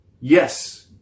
Yes